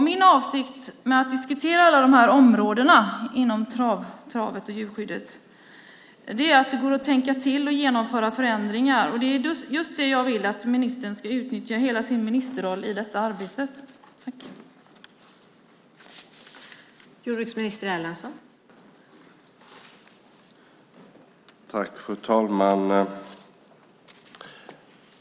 Min avsikt med att diskutera alla dessa områden inom travet och djurskyddet är att det går att tänka till och genomföra förändringar. Det är just det jag vill att ministern ska utnyttja hela sin ministerroll i detta arbete till.